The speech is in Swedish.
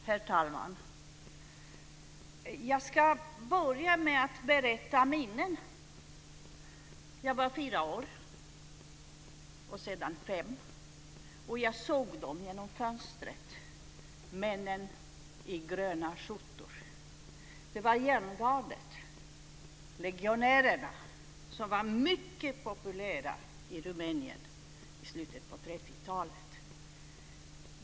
Herr talman! Jag ska börja med att berätta minnen. Jag var fyra år, sedan fem, och jag såg dem genom fönstret: männen i gröna skjortor. Det var järngardet, legionärerna, som var mycket populära i Rumänien i slutet av 30-talet.